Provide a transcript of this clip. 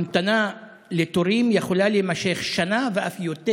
המתנה לתורים יכולה להימשך שנה ואף יותר,